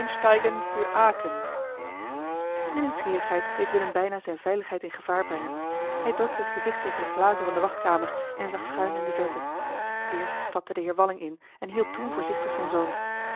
de nieuwsgierigheid deed willem bijna zijne veiligheid in gevaar brengen hij drukte het gezicht tegen de glazen van de wachtkamer en zag schuin in de verte eerst stapte de heer walling in en hielp toen voorzichtig zijn zoon